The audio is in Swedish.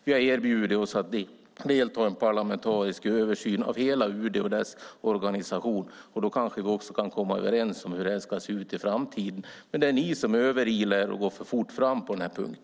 Vi har erbjudit oss att delta i en parlamentarisk översyn av hela UD och dess organisation. Då kanske vi också kan komma överens om hur det här ska se ut i framtiden. Det är ni som överilar er och går för fort fram på den här punkten.